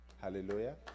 hallelujah